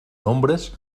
nombres